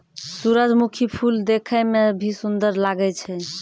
सुरजमुखी फूल देखै मे भी सुन्दर लागै छै